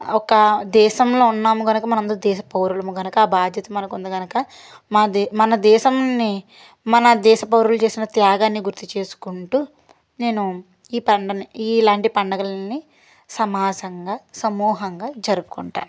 ఒక దేశంలో ఉన్నాము కనుక మనమందరం దేశ పౌరులు కనుక ఆ బాధ్యత మనకు ఉంది కనుక మ మన దేశంని మన దేశ పౌరులు చేసిన త్యాగాన్ని గుర్తు చేసుకుంటూ నేను ఈ పండగని ఇలాంటి పండుగలన్నీ సమాసంగా సమూహంగా జరుపుకుంటా